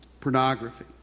Pornography